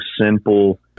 simple